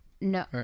No